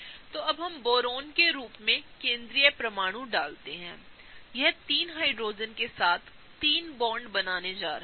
तो अब हम बोरोन के रूप में केंद्रीय परमाणु डालते हैं यह 3 हाइड्रोजेन के साथ 3 बॉन्ड बनाने जा रहा है